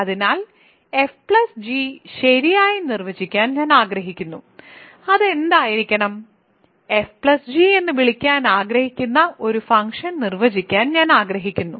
അതിനാൽ f g ശരിയായി നിർവചിക്കാൻ ഞാൻ ആഗ്രഹിക്കുന്നു അത് എന്ത് ആയിരിക്കണം fg എന്ന് വിളിക്കാൻ ആഗ്രഹിക്കുന്ന ഒരു ഫംഗ്ഷൻ നിർവചിക്കാൻ ഞാൻ ആഗ്രഹിക്കുന്നു